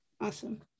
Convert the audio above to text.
awesome